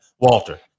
Walter